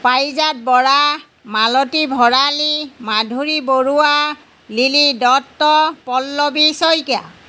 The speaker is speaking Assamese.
পাৰিজাত বৰা মালতী ভৰালি মাধুৰী বৰুৱা লিলি দত্ত পল্লৱী শইকীয়া